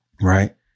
right